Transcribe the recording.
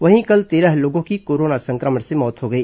वहीं कल तेरह लोगों की कोरोना सं क्र मण से मौत हो गई